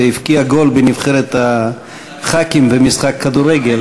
והבקיע גול בנבחרת חברי הכנסת במשחק כדורגל.